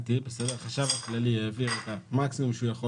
החשב הכללי העביר את המקסימום שהוא יכול